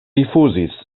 rifuzis